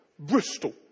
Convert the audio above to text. Bristol